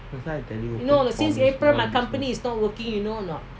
that's why I tell you